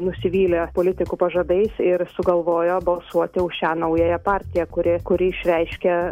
nusivylę politikų pažadais ir sugalvojo balsuoti už šią naująją partiją kuri kuri išreiškia